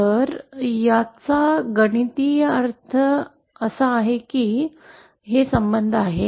तर या गणिताचा अर्थ काय आहे तर हेच संबंध आहे